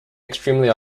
extremely